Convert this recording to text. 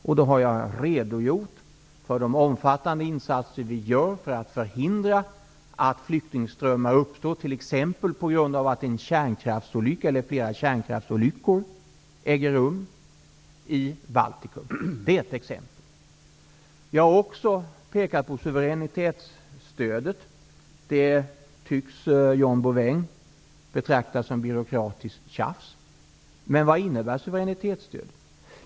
Jag har redogjort för de omfattande insatser som vi gör för att förhindra att flyktingströmmar uppstår, t.ex. på grund av att en eller flera kärnkraftsolyckor äger rum i Baltikum. Jag har också pekat på suveränitetsstödet. Det tycks John Bouvin betrakta som byråkratiskt tjafs. Men vad innebär suveränitetsstödet?